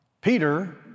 Peter